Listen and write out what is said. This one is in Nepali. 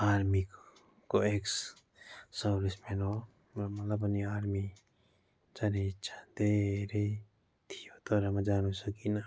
आर्मीको एक्स सर्भिस मेन हो र मलाई पनि आर्मी जाने इच्छा धेरै थियो तर म जानु सकिँन